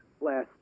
last